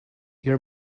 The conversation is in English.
your